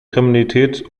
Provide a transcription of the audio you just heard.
kriminalität